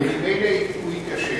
הרי ממילא הוא ייכשל